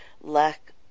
lack